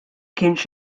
kienx